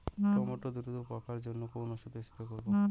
Tomato দ্রুত পাকার জন্য কোন ওষুধ স্প্রে করব?